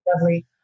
lovely